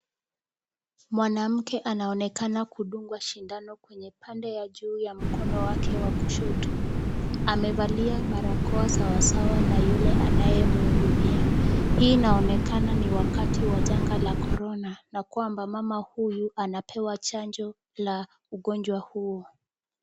Mwanamke anaonekana kudungwa sindano kwenye pande ya juu ya mkono wake wa kushoto. Amevalia barakoa sawasawa na yule anayemhudumia. Hii inaonekana ni wakati wa janga la corona na kwamba mama huyu anapewa chanjo la ugonjwa huo.